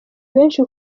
benshi